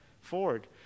Ford